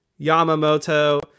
Yamamoto